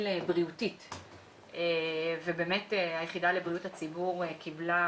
בריאותית והיחידה לבריאות הציבור קיבלה,